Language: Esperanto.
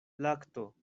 lakto